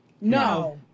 No